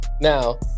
now